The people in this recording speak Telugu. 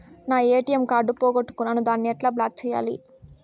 నా ఎ.టి.ఎం కార్డు పోగొట్టుకున్నాను, దాన్ని ఎట్లా బ్లాక్ సేయాలి?